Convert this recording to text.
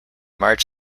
march